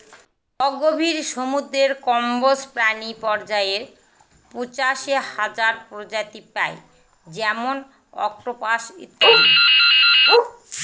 অগভীর সমুদ্রের কম্বজ প্রাণী পর্যায়ে পঁচাশি হাজার প্রজাতি পাই যেমন অক্টোপাস ইত্যাদি